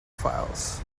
files